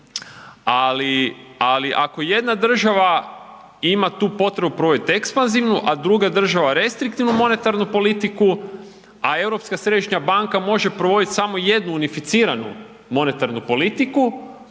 Ali ako jedna država ima tu potrebu provodit ekspanzivnu, a druga država restriktivnu monetarnu politiku, a Europska središnja banka može provoditi samo jednu unificiranu monetarnu politiku